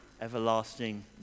everlasting